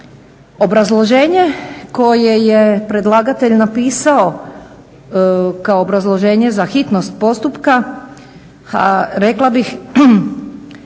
Obrazloženje koje je predlagatelj napisao kao obrazloženje za hitnost postupka rekla bih